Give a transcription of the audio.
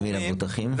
למי, למבוטחים?